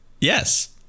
yes